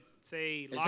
say